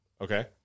Okay